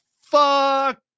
fuck